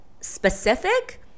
specific